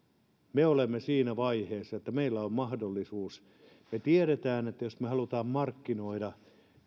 me olemme siinä vaiheessa että meillä on siihen mahdollisuus me tiedämme että jos me haluamme markkinoida